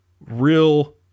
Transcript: real –